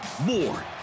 More